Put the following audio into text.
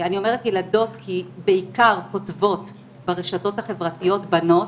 אני אומרת ילדות כי בעיקר כותבות ברשתות החברתיות בנות,